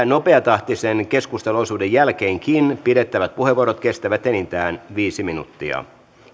nopeatahtisen keskusteluosuuden jälkeenkin pidettävät puheenvuorot kestävät enintään viisi minuuttia